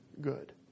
good